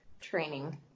training